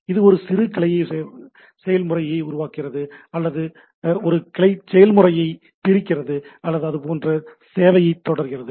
இது ஒரு சிறு கிளைச் செயல்முறையை உருவாக்குகிறது அல்லது அது ஒரு கிளைச் செயல்முறையை பிரிக்கிறது மற்றும் அதுபோன்ற சேவையைத் தொடர்கிறது